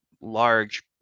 large